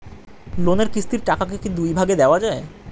লোনের কিস্তির টাকাকে কি দুই ভাগে দেওয়া যায়?